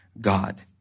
God